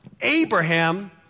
Abraham